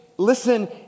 listen